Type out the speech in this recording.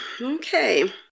Okay